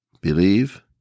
believe